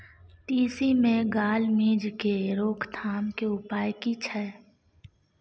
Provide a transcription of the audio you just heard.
तिसी मे gall midge के रोकथाम के उपाय की छै?